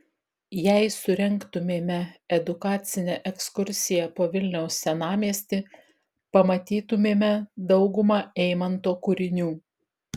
jei surengtumėme edukacinę ekskursiją po vilniaus senamiestį pamatytumėme daugumą eimanto kūrinių